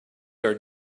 are